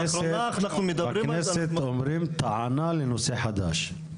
לאחרונה אנחנו מדברים --- בכנסת אומרים טענה לנושא חדש.